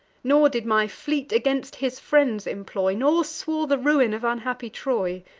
nor did my fleet against his friends employ, nor swore the ruin of unhappy troy,